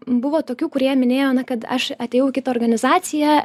buvo tokių kurie minėjo na kad aš atėjau į kitą organizaciją